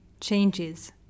changes